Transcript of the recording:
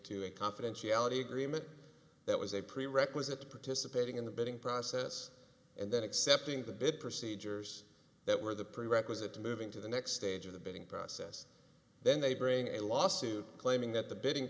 to a confidentiality agreement that was a prerequisite to participating in the bidding process and then accepting the bid procedures that were the prerequisite to moving to the next stage of the bidding process then they bring a lawsuit claiming that the bidding